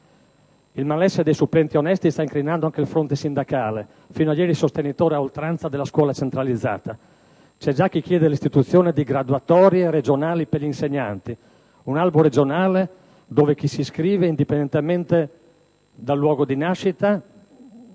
Il malessere dei supplenti onesti sta incrinando anche il fronte sindacale, fino a ieri sostenitore a oltranza della scuola centralizzata. C'è già chi chiede l'istituzione di «graduatorie regionali per gli insegnanti», un albo regionale dove chi si iscrive, indipendentemente dal luogo di nascita,